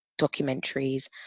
documentaries